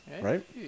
right